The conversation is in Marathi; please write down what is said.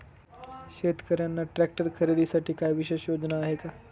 शेतकऱ्यांना ट्रॅक्टर खरीदीसाठी काही विशेष योजना आहे का?